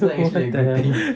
so what the hell